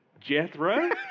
Jethro